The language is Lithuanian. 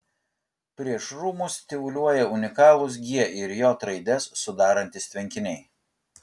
prieš rūmus tyvuliuoja unikalūs g ir j raides sudarantys tvenkiniai